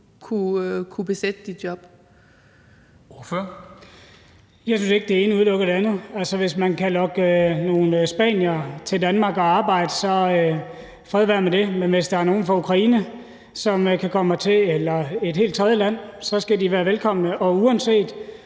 Steenberg (RV): Jeg synes ikke, det ene udelukker det andet. Hvis man kan lokke nogle spaniere til Danmark og arbejde, så fred være med det, men hvis der er nogle fra Ukraine eller et helt tredje land, som kan komme hertil, så skal de være velkomne. Og uanset